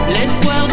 L'espoir